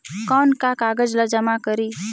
कौन का कागज ला जमा करी?